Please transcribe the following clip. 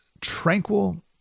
tranquil